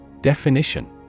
Definition